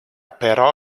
però